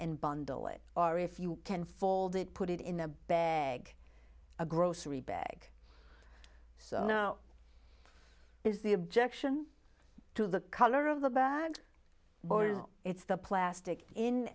and bundle it or if you can fold it put it in a bag a grocery bag so no is the objection to the color of the bag border it's the plastic in